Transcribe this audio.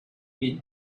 been